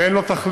ואין לו תחליף.